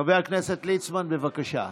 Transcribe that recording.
חבר הכנסת ליצמן, בבקשה.